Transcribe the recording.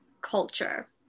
culture